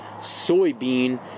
soybean